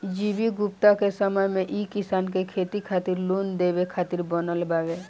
G V Gupta के समय मे ई किसान के खेती खातिर लोन देवे खातिर बनल बावे